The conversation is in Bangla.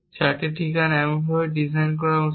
8টি ঠিকানা এমনভাবে ডিজাইন করা উচিত